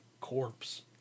corpse